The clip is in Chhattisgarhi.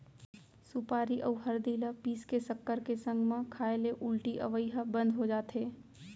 सुपारी अउ हरदी ल पीस के सक्कर के संग म खाए ले उल्टी अवई ह बंद हो जाथे